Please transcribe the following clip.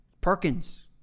Perkins